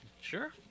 Sure